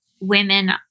women